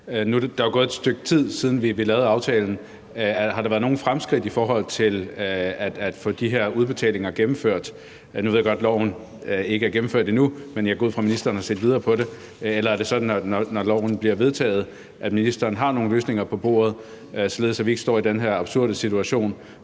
er jo gået et stykke tid, siden vi lavede aftalen – vil jeg spørge: Har der været nogen fremskridt i forhold til at få de her udbetalinger gennemført? Nu ved jeg godt, lovforslaget ikke er vedtaget endnu, men jeg går ud fra, at ministeren har kigget mere på det. Eller er det sådan, at når loven bliver vedtaget, har ministeren nogle løsninger på bordet, således at vi ikke står i den her absurde situation,